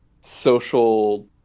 social